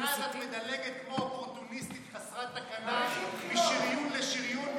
מאז את מדלגת כמו אופורטוניסטית חסרת תקנה משריון לשריון,